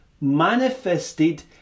manifested